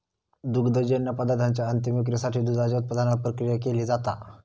दुग्धजन्य पदार्थांच्या अंतीम विक्रीसाठी दुधाच्या उत्पादनावर प्रक्रिया केली जाता